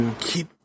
Keep